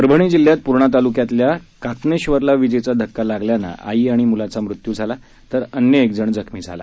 परभणी जिल्ह्यात पूर्णा तालुक्यातल्या कातनेश्वरला विजेचा धक्का लागल्यानं आई आणि मुलाचा मृत्यू झाला तर अन्य एकजण जखमी झाला